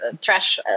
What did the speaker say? trash